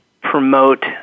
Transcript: promote